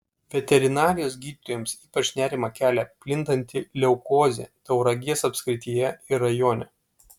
veterinarijos gydytojams ypač nerimą kelia plintanti leukozė tauragės apskrityje ir rajone